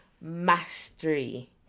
mastery